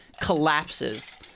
collapses